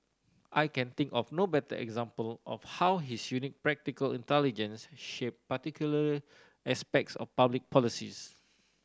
I can think of no better example of how his unique practical intelligence shaped particular aspects of public policies